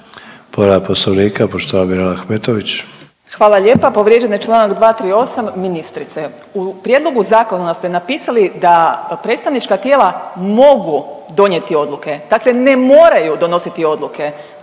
**Ahmetović, Mirela (SDP)** Hvala lijepa, povrijeđen je čl. 238.. Ministrice, u prijedlogu zakona ste napisali da predstavnička tijela mogu donijeti odluke, dakle ne moraju donositi odluke